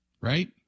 Right